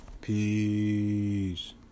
Peace